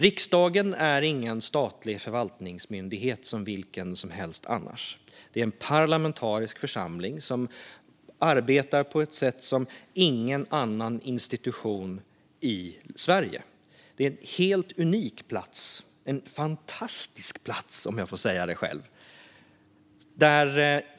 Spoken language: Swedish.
Riksdagen är ingen statlig förvaltningsmyndighet som vilken annan som helst. Det är en parlamentarisk församling som arbetar på ett sätt som ingen annan institution i Sverige. Det är en helt unik plats - en fantastisk plats, om jag får säga det själv.